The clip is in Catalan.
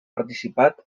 participat